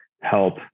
help